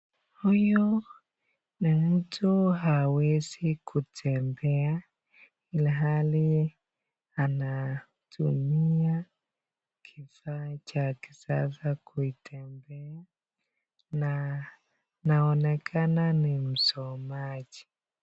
Huyo ni mtu hawezi kutembea ilhali anatumia kifaa chake sasa kuitembea na anaonekana ni msomaji.